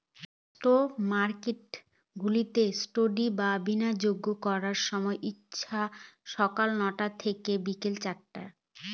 stock market গুলাতে trading বা বিনিয়োগ করার সময় হচ্ছে সকাল নটা থেকে বিকেল চারটে